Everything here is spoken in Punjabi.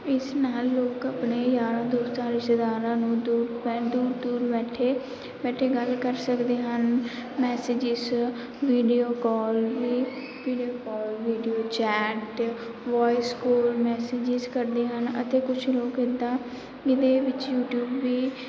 ਇਸ ਨਾਲ਼ ਲੋਕ ਆਪਣੇ ਯਾਰਾਂ ਦੋਸਤਾਂ ਰਿਸ਼ਤੇਦਾਰਾਂ ਨੂੰ ਦੂਰ ਪ ਦੂਰ ਦੂਰ ਬੈਠੇ ਬੈਠੇ ਗੱਲ ਕਰ ਸਕਦੇ ਹਨ ਮੈਸੇਜਿਸ ਵੀਡੀਓ ਕਾਲ ਵੀ video call video chat voice call messages ਕਰਦੇ ਹਨ ਅਤੇ ਕੁਝ ਲੋਕ ਇੱਦਾਂ ਇਹਦੇ ਵਿੱਚ ਯੂਟੀਊਬ ਵੀ